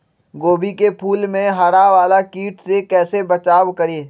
गोभी के फूल मे हरा वाला कीट से कैसे बचाब करें?